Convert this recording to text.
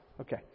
Okay